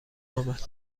آمد